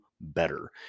better